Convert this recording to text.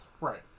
Right